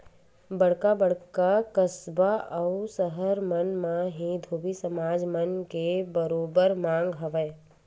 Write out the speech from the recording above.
बड़का बड़का कस्बा अउ सहर मन म ही धोबी समाज मन के बरोबर मांग हवय